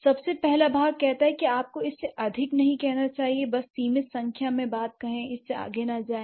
सबसे पहला भाग कहता है कि आपको इससे अधिक नहीं चाहिए बस सीमित संख्या में बातें कहें इससे आगे न जाएं